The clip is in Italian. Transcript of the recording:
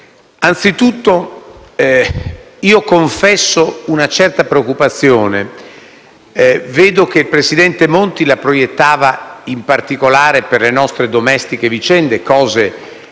Anzitutto io confesso una certa preoccupazione. Il presidente Monti la proiettava, in particolare, per le nostre domestiche vicende, su cose che